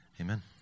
Amen